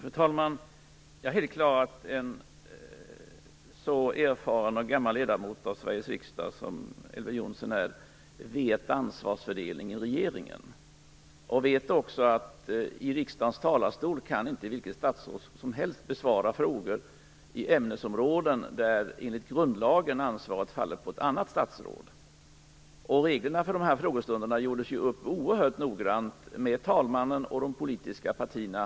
Fru talman! Det är klart att en sådan erfaren och gammal ledamot av Sveriges riksdag som Elver Jonsson vet ansvarsfördelningen i regeringen. Han vet också att i riksdagens talarstol kan inte vilket statsråd som helst besvara frågor i ämnesområden där enligt grundlagen ansvaret faller på ett annat statsråd. Reglerna för dessa frågestunder gjordes upp oerhört noggrant med talmannen och de politiska partierna.